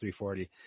340